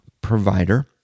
provider